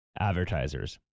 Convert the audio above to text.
advertisers